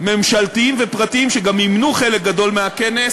ממשלתיים ופרטיים שגם מימנו חלק גדול מהכנס